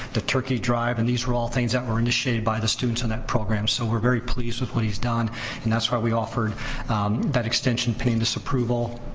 the turkey drive and these were all things that were initiated by the students in that program, so we're very pleased with what he's done and that's why we offered that extension, pending this approval.